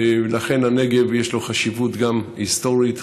לכן לנגב יש חשיבות גם היסטורית,